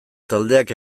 taldeak